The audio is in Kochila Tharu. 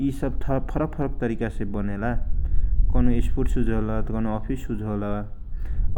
यि सब फरक फरक तरिका छे बनेला कौनो स्पोर्ट छुज होवेला ता कौनो अफीस सुज होला